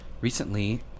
recently